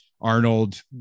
Arnold